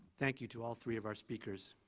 thank you to all three of our speakers.